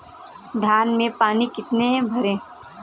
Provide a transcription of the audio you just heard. धान में पानी कितना भरें?